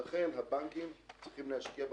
ולכן הבנקים צריכים להשקיע במוסדיים,